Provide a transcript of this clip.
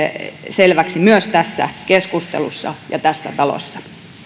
selväksi myös tässä keskustelussa ja tässä talossa